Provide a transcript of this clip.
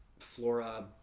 flora